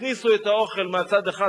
הכניסו את האוכל מצד אחד,